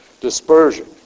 dispersion